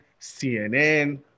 CNN